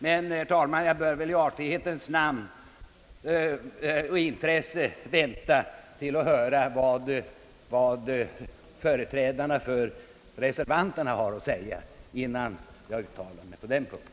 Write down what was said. Men, herr talman, jag bör väl i artighetens intresse vänta för att höra vad företrädarna för reservanterna har att säga innan jag uttalar mig på den punkten.